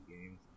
games